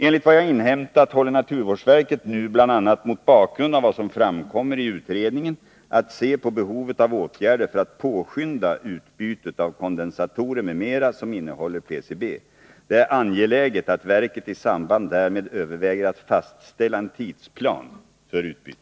Enligt vad jag inhämtat håller naturvårdsverket nu, bl.a. mot bakgrund av vad som framkommer i utredningen, på med att se på behovet av åtgärder för att påskynda utbytet av kondensatorer m.m. som innehåller PCB. Det är angeläget att verket i samband därmed överväger att fastställa en tidsplan för utbytet.